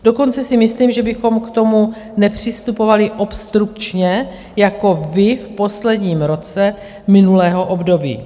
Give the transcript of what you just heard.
Dokonce si myslím, že bychom k tomu nepřistupovali obstrukčně jako vy v posledním roce minulého období.